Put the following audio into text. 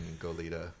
Goleta